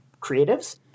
creatives